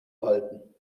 falten